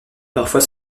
parfois